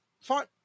fine